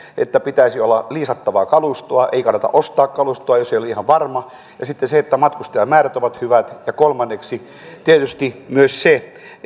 että pitäisi olla liisattavaa kalustoa ei kannata ostaa kalustoa jos ei ole ihan varma ja sitten se että matkustajamäärät ovat hyvät ja kolmanneksi tietysti myös se